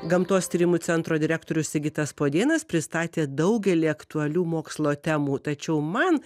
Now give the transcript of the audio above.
gamtos tyrimų centro direktorius sigitas podėnas pristatė daugelį aktualių mokslo temų tačiau man